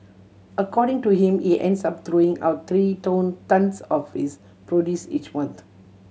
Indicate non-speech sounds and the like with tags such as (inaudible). according to him he ends up throwing out three (unintelligible) tonnes of his produce each month